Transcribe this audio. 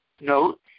Note